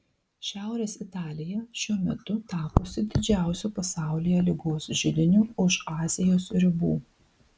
šiaurės italija šiuo metu tapusi didžiausiu pasaulyje ligos židiniu už azijos ribų